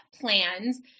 plans